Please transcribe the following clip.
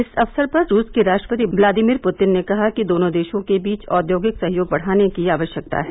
इस अवसर पर रूस के राष्ट्रपति व्लादिमीर पुतिन ने कहा कि दोनों देशों के बीच औद्योगिक सहयोग बढ़ाने की आवश्यकता है